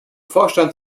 vorstand